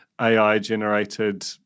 AI-generated